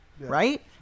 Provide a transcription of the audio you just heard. right